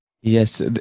Yes